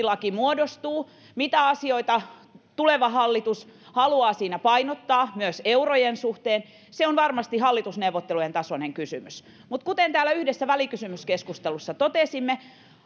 laki muodostuu mitä asioita tuleva hallitus haluaa siinä painottaa myös eurojen suhteen on varmasti hallitusneuvottelujen tasoinen kysymys mutta kuten täällä yhdessä välikysymyskeskustelussa totesimme